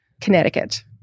Connecticut